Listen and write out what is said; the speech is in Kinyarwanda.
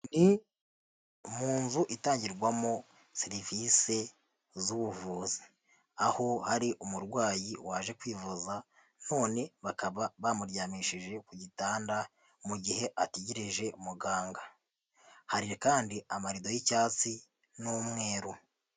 Ni mu nzu itangirwamo serivise z'ubuvuzi, aho ari umurwayi waje kwivuza none bakaba bamuryamishije ku gitanda mu gihe ategereje muganga. Hari kandi amarido y'icyatsi n'umweru.